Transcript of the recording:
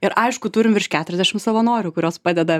ir aišku turim virš keturiasdešim savanorių kurios padeda